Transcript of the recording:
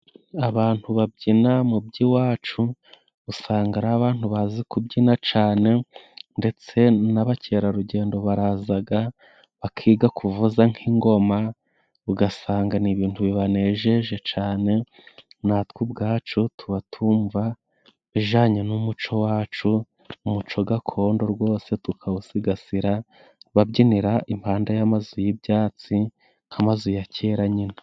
Abantu babyina mu by'iwacu usanga ari abantu bazi kubyina cane, ndetse n'abakerarugendo barazaga bakiga kuvuza nk'ingoma ,ugasanga ni ibintu bibanejeje cane natwe ubwacu tubatumva bijanye n'umuco wacu, umuco gakondo rwose tukawusigasira, babyinira impande y'amazu y'ibyatsi nk'amazu ya kera nyine.